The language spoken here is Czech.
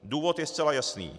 Důvod je zcela jasný.